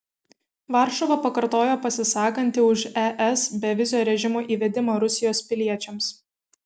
varšuva pakartojo pasisakanti už es bevizio režimo įvedimą rusijos piliečiams